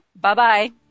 bye-bye